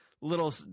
little